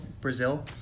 Brazil